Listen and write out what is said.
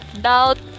doubt